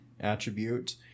attribute